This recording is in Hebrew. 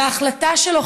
וההחלטה שלו,